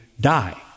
die